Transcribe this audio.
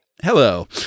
Hello